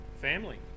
Family